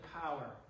power